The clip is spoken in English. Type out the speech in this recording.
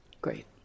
Great